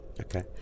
Okay